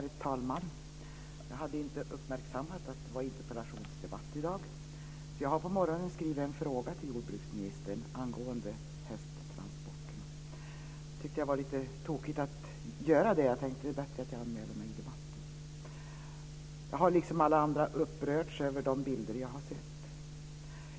Herr talman! Jag hade inte uppmärksammat att det var interpellationsdebatt i dag. Jag har på morgonen skrivit en fråga till jordbruksministern angående hästtransporterna. Jag tyckte att det var lite tokigt att göra det. Det är bättre att jag anmäler mig till debatten. Jag har liksom alla andra upprörts över de bilder jag har sett.